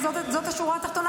זאת השורה התחתונה?